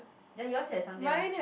ya yours has something else